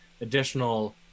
additional